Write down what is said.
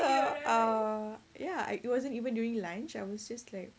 so err ya it wasn't even during lunch I was just like